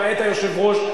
למעט היושב-ראש,